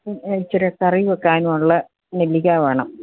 മ് ഇച്ചിരെ കറി വെക്കാനുമുള്ള നെല്ലിക്ക വേണം